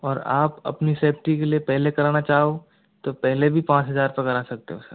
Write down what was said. और आप आपनी सेफ्टी के लिए पहले कराना चाहो तो पहले भी पाँच हज़ार पे करा सकते हो सर